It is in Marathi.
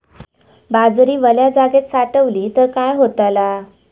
बाजरी वल्या जागेत साठवली तर काय होताला?